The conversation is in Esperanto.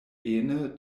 ene